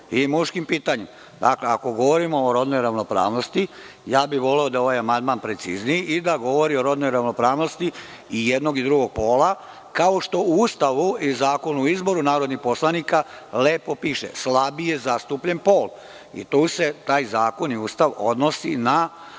i muškim pitanjima. Dakle, ako govorimo o rodnoj ravnopravnosti, voleo bih da je ovaj amandman precizniji i da govori o rodnoj ravnopravnosti i jednog i drugog pola, kao što u Ustavu i Zakonu o izboru narodnih poslanika lepo piše – slabije zastupljen pol i tu se taj zakon i Ustav odnose na